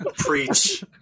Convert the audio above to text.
Preach